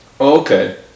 Okay